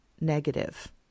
negative